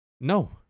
No